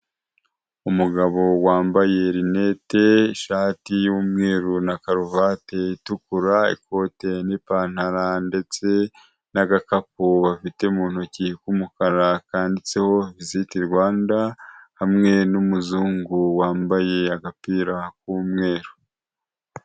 Umugabo wambaye rinete ishati y'umweru na karuvati itukura ikote n'ipantaro ndetse na'agakapu bafite mu ntoki k'umukara kanditseho visiti Rwanda hamwe n'umuzungu wambaye agapira k'umweru.